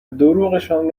دروغشان